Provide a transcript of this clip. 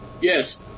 Yes